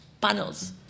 panels